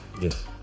yes